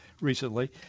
recently